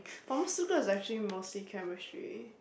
pharmaceutical is actually mostly chemistry